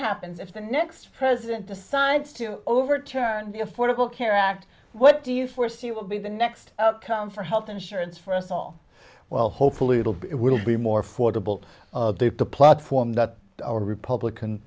happens if the next president decides to overturn the affordable care act what do you foresee will be the next town for health insurance for us all well hopefully it'll be it will be more fordable the platform that a republican